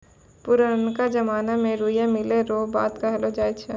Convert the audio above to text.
पुरनका जमाना मे रुइया मिलै रो बात कहलौ जाय छै